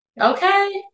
Okay